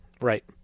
Right